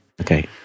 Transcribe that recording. Okay